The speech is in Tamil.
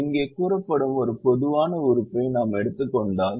இங்கே கூறப்படும் ஒரு பொதுவான உறுப்பை நாம் எடுத்துக் கொண்டால்